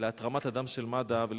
בהתרמת הדם של מגן-דוד-אדום.